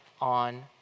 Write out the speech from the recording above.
on